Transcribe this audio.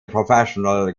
professional